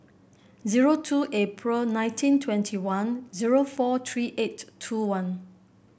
zero two April nineteen twenty one zero four three eight two one